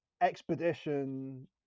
expedition